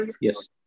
Yes